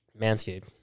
manscaped